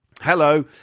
Hello